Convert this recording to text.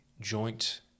joint